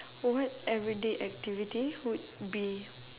what everyday activity would be